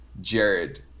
Jared